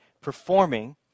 performing